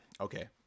okay